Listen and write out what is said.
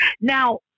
now